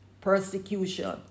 persecution